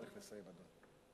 אתה צריך לסיים, אדוני.